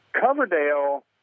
Coverdale